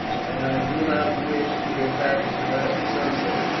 and i do not wish to get back until after sunset.